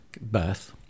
birth